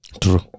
True